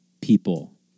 people